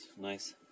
nice